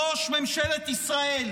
ראש ממשלת ישראל,